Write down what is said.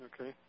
okay